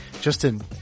Justin